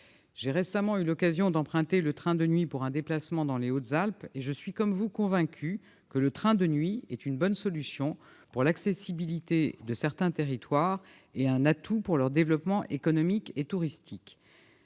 J'ai récemment eu l'occasion d'emprunter le train de nuit pour un déplacement dans les Hautes-Alpes et je suis, comme vous, convaincue que c'est une bonne solution pour l'accessibilité de certains territoires et un atout pour leur développement économique et touristique.